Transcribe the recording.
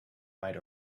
might